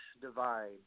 divide